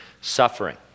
suffering